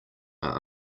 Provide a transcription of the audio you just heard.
are